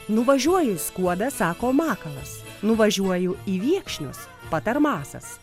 nuvažiuoju į skuodą sako makalas nuvažiuoju į viekšnius patarmasas